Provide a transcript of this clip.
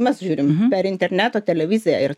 mes žiūrim per interneto televiziją ir